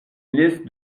liste